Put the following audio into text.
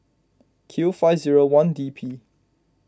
Q five zero one D P